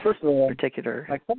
particular